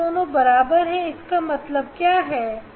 अगर दोनों बराबर है इसका क्या मतलब है